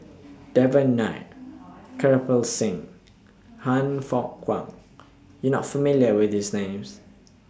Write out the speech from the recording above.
Devan Nair Kirpal Singh Han Fook Kwang YOU Are not familiar with These Names